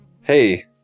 Hey